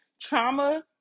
trauma